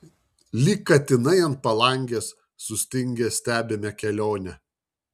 lyg katinai ant palangės sustingę stebime kelionę